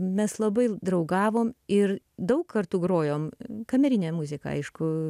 mes labai draugavom ir daug kartų grojom kamerinę muziką aišku